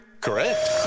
Correct